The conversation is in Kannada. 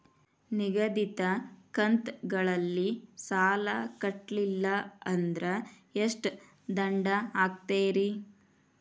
ನಿಗದಿತ ಕಂತ್ ಗಳಲ್ಲಿ ಸಾಲ ಕಟ್ಲಿಲ್ಲ ಅಂದ್ರ ಎಷ್ಟ ದಂಡ ಹಾಕ್ತೇರಿ?